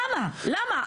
למה, למה?